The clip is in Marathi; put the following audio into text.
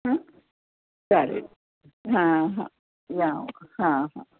हां चालेल हां हां या हां हां